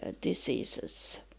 diseases